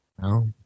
No